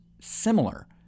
similar